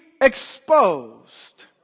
exposed